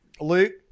Luke